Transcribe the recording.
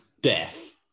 death